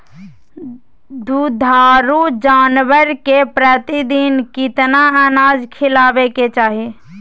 दुधारू जानवर के प्रतिदिन कितना अनाज खिलावे के चाही?